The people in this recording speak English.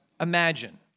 imagine